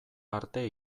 arte